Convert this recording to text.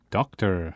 Doctor